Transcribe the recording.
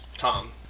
Tom